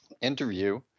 interview